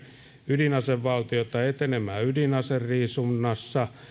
ydinasevaltioita etenemään ydinaseriisunnassa